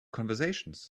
conversations